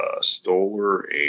Stoller